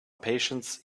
patience